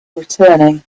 returning